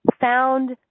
found